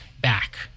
back